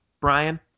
Brian